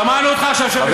שמענו אותך, עכשיו שב בשקט.